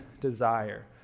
desire